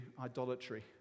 idolatry